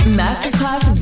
masterclass